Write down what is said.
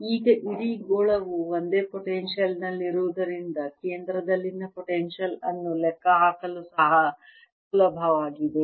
ಈಗ ಇಡೀ ಗೋಳವು ಒಂದೇ ಪೊಟೆನ್ಶಿಯಲ್ ನಲ್ಲಿರುವುದರಿಂದ ಕೇಂದ್ರದಲ್ಲಿನ ಪೊಟೆನ್ಶಿಯಲ್ ಅನ್ನು ಲೆಕ್ಕಹಾಕಲು ಸಹ ಸುಲಭವಾಗಿದೆ